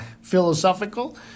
philosophical